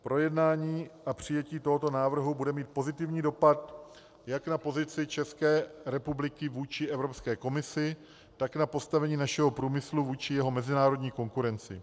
Projednání a přijetí tohoto návrhu bude mít pozitivní dopad jak na pozici České republiky vůči Evropské komisi, tak na postavení našeho průmyslu vůči jeho mezinárodní konkurenci.